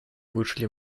вышли